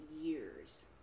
years